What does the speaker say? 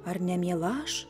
ar nemiela aš